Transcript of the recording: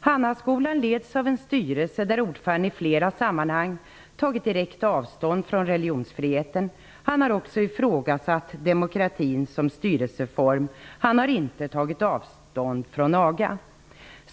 Hannaskolan leds av en styrelse, där ordföranden i flera sammanhang tagit direkt avstånd från religionsfriheten. Han har också ifrågasatt demokratin som styrelseform. Han har inte tagit avstånd från aga.